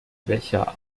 welcher